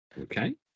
Okay